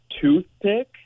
toothpick